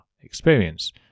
experience